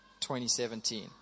2017